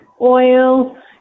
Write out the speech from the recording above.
oil